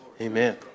Amen